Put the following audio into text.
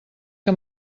que